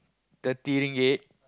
thirty ringgit